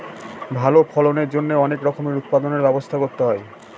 ভালো ফলনের জন্যে অনেক রকমের উৎপাদনর ব্যবস্থা করতে হয়